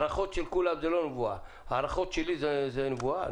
וההערכות שלי זה נבואה?